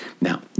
Now